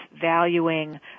valuing